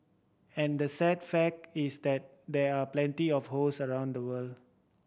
and the sad fact is that there are plenty of host around the world